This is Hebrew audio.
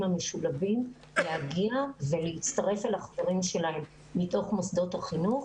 המשולבים להגיע ולהצטרף אל החברים שלהם מתוך מוסדות החינוך,